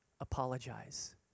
apologize